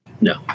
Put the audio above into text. no